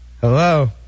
Hello